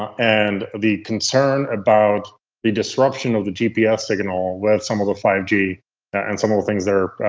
and the concern about the disruption of the gps signal, with some of the five g and some of the things that are